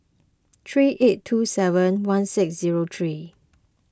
three eight two seven one six zero three